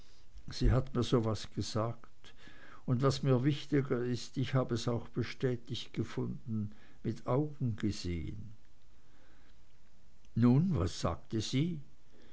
sie hat mir so was gesagt und was mir wichtiger ist ich hab es auch bestätigt gefunden mit augen gesehen nun was sagte sie